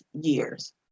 years